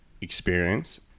experience